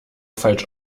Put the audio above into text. falsch